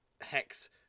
hex